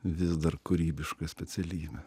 vis dar kūrybiška specialybė